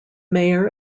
mayor